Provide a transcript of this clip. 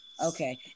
Okay